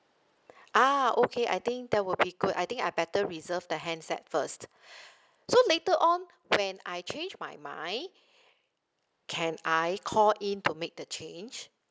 ah okay I think that will be good I think I better reserve the handset first so later on when I change my mind can I call in to make the change